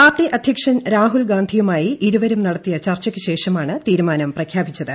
party അധ്യക്ഷൻ രാഹുൽ ഗാന്ധിയുമായി ഇരുവരും നടത്തിയ ചർച്ചയ്ക്ക് ശേഷമാണ് തീരുമാനം പ്രഖ്യാപിച്ചത്